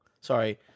sorry